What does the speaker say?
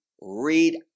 read